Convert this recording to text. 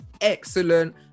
excellent